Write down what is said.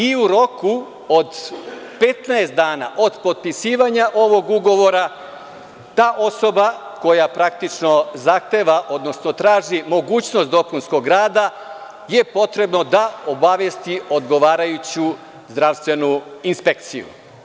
I u roku od 15 dana od potpisivanja ovog ugovora ta osoba koja praktično zahteva, odnosno traži mogućnost dopunskog rada, je potrebno da obavesti odgovarajuću zdravstvenu inspekciju.